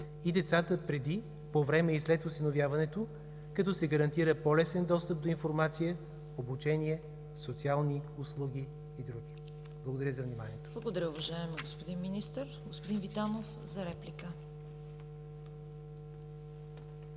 и децата преди, по време и след осиновяването, като се гарантира по-лесен достъп до информация, обучение, социални услуги и други. Благодаря за вниманието. ПРЕДСЕДАТЕЛ ЦВЕТА КАРАЯНЧЕВА: Благодаря, уважаеми господин Министър. Господин Витанов – за реплика.